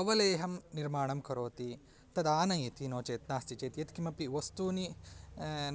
अवलेहं निर्माणं करोति तदानयति नो चेत् नास्ति चेत् यत्किमपि वस्तु